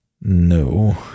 No